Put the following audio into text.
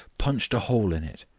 punched a hole in it,